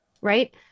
right